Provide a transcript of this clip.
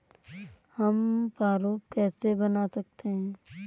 हम प्रारूप कैसे बना सकते हैं?